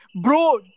Bro